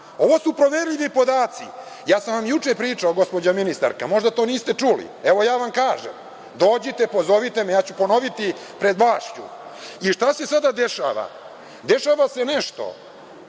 Ovo su proverljivi podaci. Ja sam vam juče pričao, gospođa ministarka, možda to niste čuli. Evo, ja vam kažem, dođite, pozovite me, ja ću ponoviti pred vlašću. Šta se sada dešava? Dešava se nešto